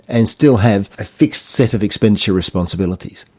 and still have, a fixed set of expenditure responsibilities.